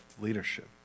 leadership